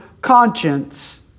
conscience